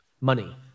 Money